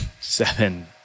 seven